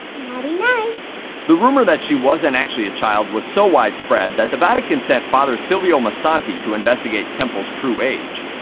like you know the rumor that she wasn't actually a child was so widespread that the vatican sent father silvio massante to investigate temple's true age.